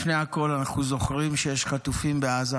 לפני הכול, אנחנו זוכרים שיש חטופים בעזה